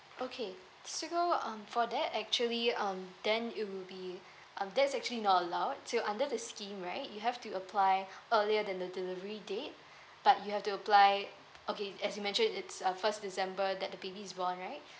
okay so um for that actually um then it will be um that's actually not allowed so under the scheme right you have to apply earlier than the delivery date but you have to apply okay as you mentioned it's uh first december that the baby is born right